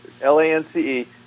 L-A-N-C-E